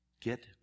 Get